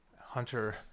hunter